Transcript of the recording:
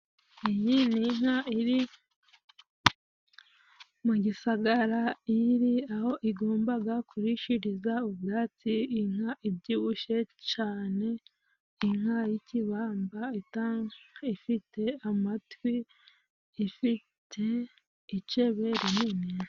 Iyi ni inka iri mu gisagara. Iri aho igombaga kurishiriza ubwatsi .Inka ibyibushye cane, inka y'ikibamba ifite amatwi, ifite icebe rinini.